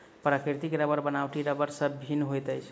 प्राकृतिक रबड़ बनावटी रबड़ सॅ भिन्न होइत अछि